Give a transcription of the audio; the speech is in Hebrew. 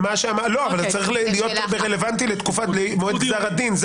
זה בדיוק מה שאמרתי אבל צריך להיות רלוונטי למועד גזר הדין.